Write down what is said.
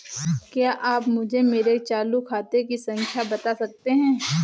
क्या आप मुझे मेरे चालू खाते की खाता संख्या बता सकते हैं?